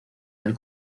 del